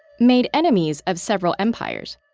made enemies of several empires,